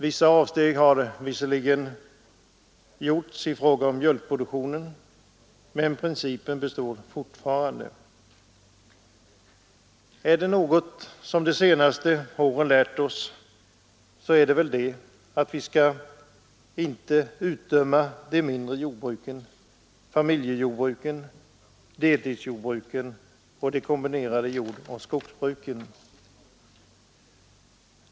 Vissa avsteg har visserligen gjorts i fråga om mjölkproduktion, men principen består fortfarande. Är det något som de senaste åren lärt oss, så är det att vi inte skall utdöma de mindre jordbruken — familjejordbruken, deltidsjordbruken och de kombinerade jordoch skogsbruken.